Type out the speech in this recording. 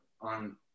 on